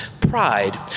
Pride